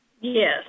Yes